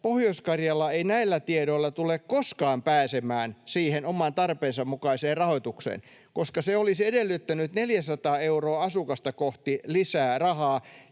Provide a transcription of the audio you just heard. Pohjois-Karjala ei näillä tiedoilla tule koskaan pääsemään siihen oman tarpeensa mukaiseen rahoitukseen, koska se olisi edellyttänyt 400 euroa asukasta kohti lisää rahaa